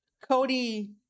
Cody